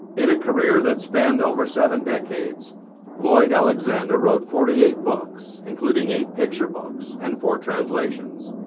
in a career that spanned over seven decades lloyd alexander wrote forty eight books including eight picture books and four translations.